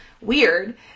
Weird